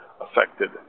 affected